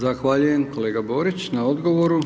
Zahvaljujem kolega Borić na odgovoru.